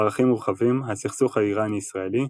ערכים מורחבים - הסכסוך האיראני-ישראלי,